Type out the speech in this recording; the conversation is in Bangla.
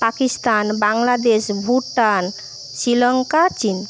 পাকিস্তান বাংলাদেশ ভুটান শ্রীলঙ্কা চিন